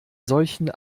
solchen